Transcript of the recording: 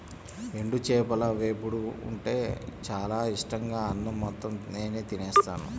ఎండు చేపల వేపుడు ఉంటే చానా ఇట్టంగా అన్నం మొత్తం నేనే తినేత్తాను